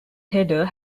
header